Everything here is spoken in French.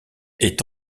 est